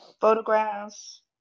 photographs